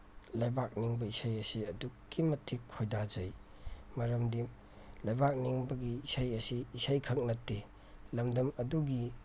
ꯂꯩꯕꯥꯛ ꯅꯤꯡꯕ ꯏꯁꯩ ꯑꯁꯤ ꯑꯗꯨꯛꯀꯤ ꯃꯇꯤꯛ ꯈꯣꯏꯗꯥꯖꯩ ꯃꯔꯝꯗꯤ ꯂꯩꯕꯥꯛ ꯅꯤꯡꯕꯒꯤ ꯏꯁꯩ ꯑꯁꯤ ꯏꯁꯩꯈꯛ ꯅꯠꯇꯦ ꯂꯝꯗꯝ ꯑꯗꯨꯒꯤ